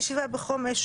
ביחד.